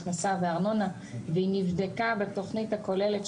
הכנסה וארנונה והיא נבדקה בתוכנית הכוללת,